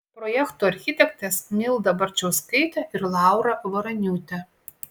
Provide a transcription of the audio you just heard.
projekto architektės milda barčauskaitė ir laura varaniūtė